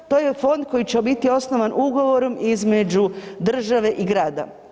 To je fond koji će biti osnovan ugovorom između države i grada.